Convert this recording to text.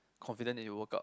confident is will work out